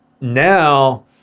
Now